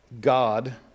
God